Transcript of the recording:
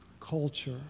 culture